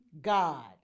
god